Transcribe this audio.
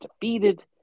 defeated